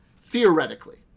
theoretically